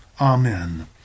Amen